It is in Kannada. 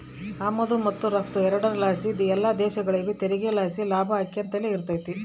ಆಮದು ಮತ್ತು ರಫ್ತು ಎರಡುರ್ ಲಾಸಿ ಎಲ್ಲ ದೇಶಗುಳಿಗೂ ತೆರಿಗೆ ಲಾಸಿ ಲಾಭ ಆಕ್ಯಂತಲೆ ಇರ್ತತೆ